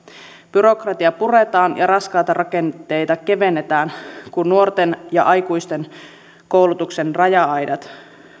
byrokratiaa puretaan ja raskaita rakenteita kevennetään kun nuorten ja aikuisten koulutuksen raja aidat